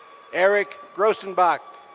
eric grosenbach.